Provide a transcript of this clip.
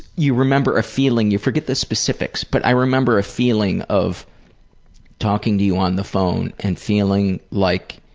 you remember a feeling, you forget the specifics, but i remember a feeling of talking to you on the phone and feeling like